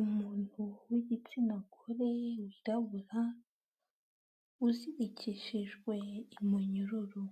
Umuntu w'igitsina gore wirabura, uzirikishijwe umunyururu;